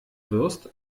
wirst